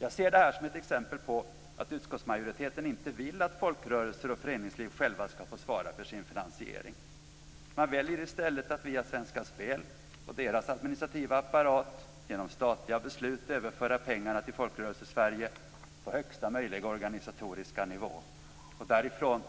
Jag ser detta som ett exempel på att utskottsmajoriteten inte vill att folkrörelser och föreningsliv själva skall få svara för sin finansiering. Man väljer i stället att via Svenska Spel och deras administrativa apparat genom statliga beslut överföra pengarna till Folkrörelsesverige på högsta möjliga organisatoriska nivå. Därifrån